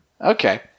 Okay